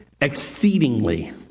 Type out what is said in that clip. exceedingly